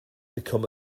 become